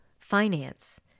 finance